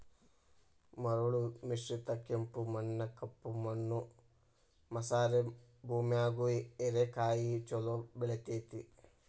ಮರಳು ಮಿಶ್ರಿತ ಕೆಂಪು ಮಣ್ಣ, ಕಪ್ಪು ಮಣ್ಣು ಮಸಾರೆ ಭೂಮ್ಯಾಗು ಹೇರೆಕಾಯಿ ಚೊಲೋ ಬೆಳೆತೇತಿ